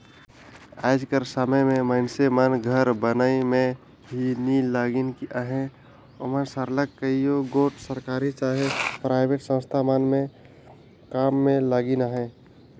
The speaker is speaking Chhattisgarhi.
आएज कर समे में मइनसे मन घर बनई में ही नी लगिन अहें ओमन सरलग कइयो गोट सरकारी चहे पराइबेट संस्था मन में काम में लगिन अहें